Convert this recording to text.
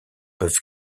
peuvent